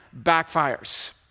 backfires